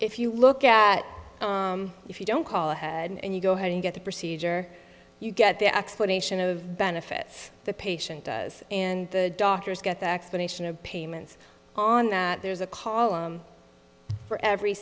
if you look at if you don't call ahead and you go ahead and get the procedure you get their explanation of benefits the patient does and the doctors get the explanation of payments on that there's a call for every